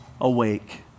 awake